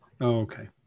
okay